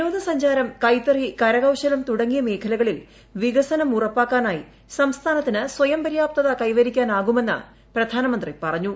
വിനോദ സഞ്ചാരം കൈത്തറി കരകൌശലം തുടങ്ങിയ മേഖലകളിൽ വികസനം ഉറപ്പാക്കാനായി സംസ്ഥാനത്തിന് സ്വയം പര്യാപ്തത കൈവരിക്കാനാകുമെന്ന് പ്രധാനമന്ത്രി പറഞ്ഞു